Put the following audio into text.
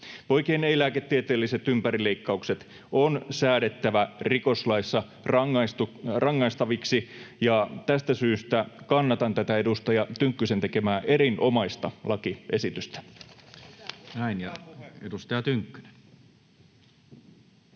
Poikien ei-lääketieteelliset ympärileikkaukset on säädettävä rikoslaissa rangaistaviksi, ja tästä syystä kannatan tätä edustaja Tynkkysen tekemää erinomaista lakiesitystä.